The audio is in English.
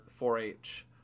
4-H